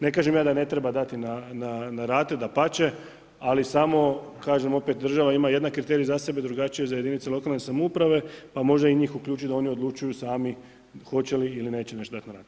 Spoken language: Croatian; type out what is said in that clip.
Ne kažem ja da ne treba dati na rate, dapače, ali samo kažem opet, država ima jedan kriterij za sebe, drugačije za jedinice lokalne samouprave, pa možda i njih uključit da oni odlučuju sami hoće li ili neće nešto dati na rate.